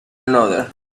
another